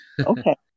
okay